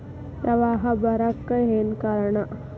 ಪ್ರವಾಹ ಬರಾಕ್ ಏನ್ ಕಾರಣ?